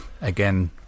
again